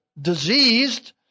diseased